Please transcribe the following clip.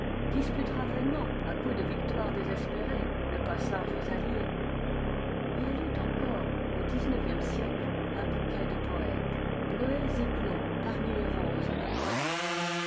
disputera vainement à coups de victoires désespérées le passage aux alliés et elle eut encore au dix-neuvième siècle un bouquet de poètes bleuets éclos parmi les roses de provins